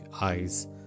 eyes